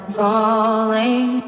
falling